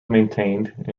maintained